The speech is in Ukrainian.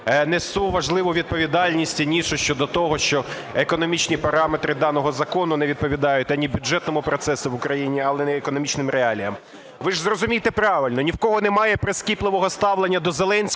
несу важливу відповідальність і ніс щодо того, що економічні параметри даного закону не відповідають ані бюджетному процесу в Україні, ані економічним реаліям. Ви ж зрозумійте правильно, ні в кого немає прискіпливого ставлення до Зеленського